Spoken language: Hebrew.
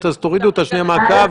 התאמנו את הנוהל למה שכתוב בחוק.